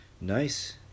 Nice